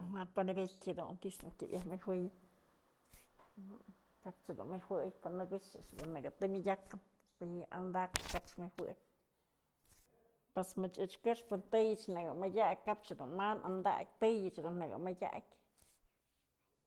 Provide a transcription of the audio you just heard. Ja panebyatë jedun tizan nuk tëm yajnëjuëyëm, kap chëdun nëjuëy pë nëkëxë a'ax dun nëkë tëmëdyakëm pën yë andakpë kapch nëjuëy, pos machëch këxpë tëyëch nëkë mëdyakë kap chëdun ma nëndakyë tëyëch dun nëkë mëdyakë.